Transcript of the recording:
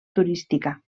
turística